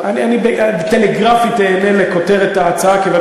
אני אענה טלגרפית על כותרת ההצעה כיוון